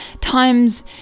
times